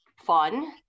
fun